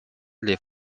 les